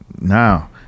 Now